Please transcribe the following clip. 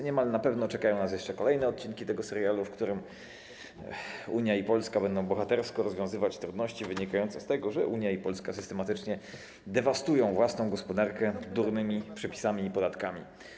Niemal na pewno czekają nas jeszcze kolejne odcinki tego serialu, w którym Unia i Polska będą bohatersko rozwiązywać trudności wynikające z tego, że Unia i Polska systematycznie dewastują własną gospodarkę durnymi przepisami i podatkami.